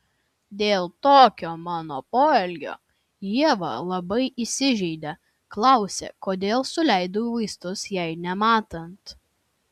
dėl tokio mano poelgio ieva labai įsižeidė klausė kodėl suleidau vaistus jai nematant